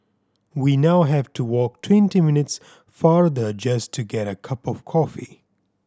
we now have to walk twenty minutes farther just to get a cup of coffee